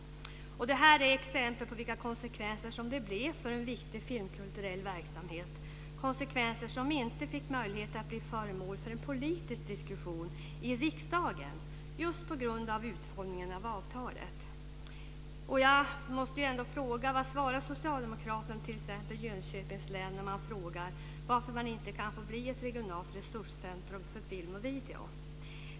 Det här är exempel på vilka konsekvenser det blir för en viktig filmkulturell verksamhet. Det är konsekvenser som inte fick möjlighet att bli föremål för en politisk diskussion i riksdagen just på grund av utformningen av avtalet. Vad svarar socialdemokraterna t.ex. Jönköpings län när man frågar varför man inte kan få bli ett regionalt resurscentrum för film och video?